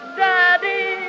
daddy